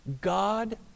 God